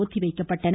ஒத்திவைக்கப்பட்டன